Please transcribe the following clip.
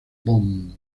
bonn